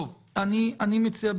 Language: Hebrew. אני מציע,